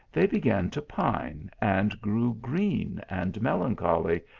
they began to pine, and grew green and melancholy,